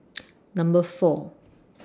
Number four